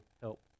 help